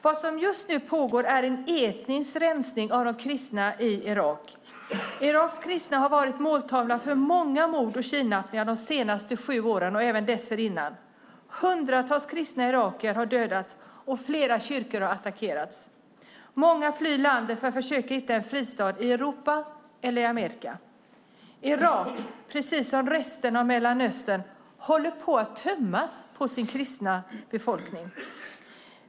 Det som just nu pågår är en etnisk rensning av de kristna i Irak. Iraks kristna har varit måltavlor för många mord och kidnappningar de senaste sju åren och även dessförinnan. Hundratals kristna irakier har dödats, och flera kyrkor har attackerats. Många flyr landet för att försöka hitta en fristad i Europa eller i Amerika. Irak, precis som resten av Mellanöstern, håller på att tömmas på sin kristna befolkning.